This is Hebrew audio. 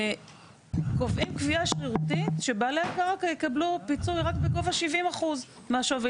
קובעים קביעה שרירותית שבעלי קרקע יקבלו פיצוי רק בגובה 70% מהשווי,